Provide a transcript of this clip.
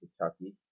Kentucky